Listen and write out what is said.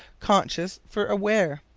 conscious for aware.